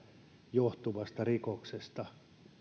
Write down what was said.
johtuvasta rikoksesta